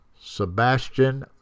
Sebastian